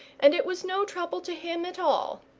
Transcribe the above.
and it was no trouble to him at all,